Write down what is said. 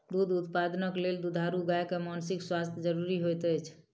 दूध उत्पादनक लेल दुधारू गाय के मानसिक स्वास्थ्य ज़रूरी होइत अछि